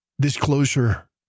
disclosure